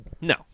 No